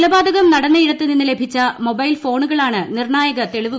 കൊലപാതകം നടന്നയിടത്ത് നിന്ന് ലഭിച്ച മൊബൈൽ ഫോണുകളാണ് നിർണ്ണായക തെളിവുകളായത്